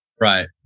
right